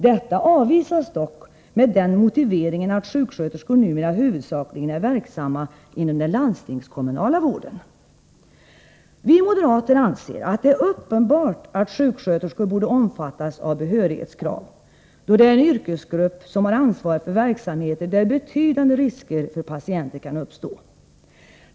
Detta avvisas dock med den motiveringen att sjuksköterskor numera huvudsakligen är verksamma inom den landstingskommunala vården. Vi moderater anser att det är uppenbart att sjuksköterskor borde omfattas av behörighetskrav, då de utgör en yrkesgrupp, som har ansvar för verksamheter, där betydande risker för patienter kan uppstå.